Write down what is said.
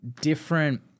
different